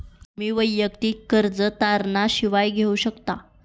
तुम्ही वैयक्तिक कर्ज तारणा शिवाय घेऊ शकता